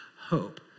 hope